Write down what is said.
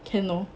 can lor